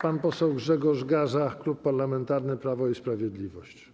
Pan poseł Grzegorz Gaża, Klub Parlamentarny Prawo i Sprawiedliwość.